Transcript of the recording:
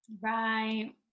right